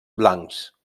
blancs